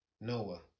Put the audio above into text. Noah